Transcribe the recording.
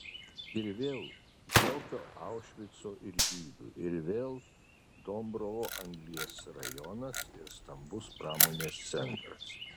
ir vėl jokio aušvico ir žydų ir vėl dombrovo anglies rajonas ir stambus pramonės centras